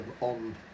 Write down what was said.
on